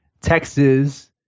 Texas